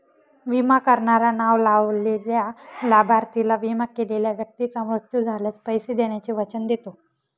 विमा करणारा नाव लावलेल्या लाभार्थीला, विमा केलेल्या व्यक्तीचा मृत्यू झाल्यास, पैसे देण्याचे वचन देतो